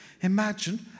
Imagine